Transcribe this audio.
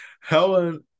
Helen